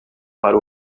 para